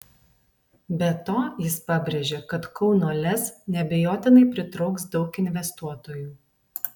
be to jis pabrėžė kad kauno lez neabejotinai pritrauks daug investuotojų